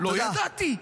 לא ידעתי.